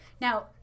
Now